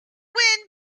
wind